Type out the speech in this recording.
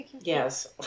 Yes